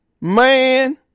Man